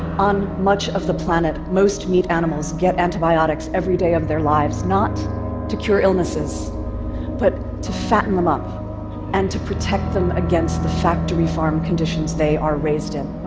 on much of the planet, most meat animals get antibiotics every day of their lives not to cure illnesses but to fatten them up and to protect them against the factory farm conditions they are raised in.